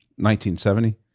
1970